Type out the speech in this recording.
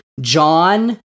John